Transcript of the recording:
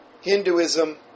Hinduism